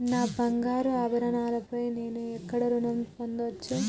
నా బంగారు ఆభరణాలపై నేను ఎక్కడ రుణం పొందచ్చు?